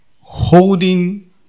holding